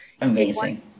Amazing